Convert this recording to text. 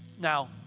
Now